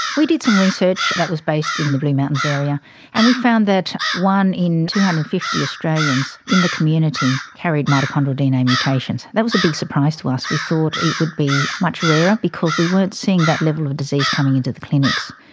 we did some research that was based in the blue mountains area and we found that one in two hundred and fifty australians in the community carried mitochondrial dna mutations. that was a big surprise to us. we thought it would be much rarer because we weren't seeing that level of disease coming into the clinics.